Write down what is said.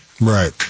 right